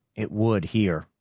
it would, here,